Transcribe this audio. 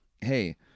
hey